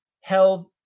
held